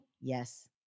Yes